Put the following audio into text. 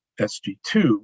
SG2